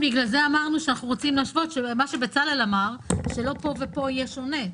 לכן אמרנו שאנחנו רוצים להשוות כפי שבצלאל אמר שלא פה ופה יהיה שונה.